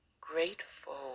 grateful